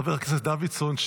חבר הכנסת דוידסון,